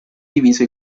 diviso